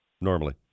normally